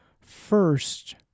first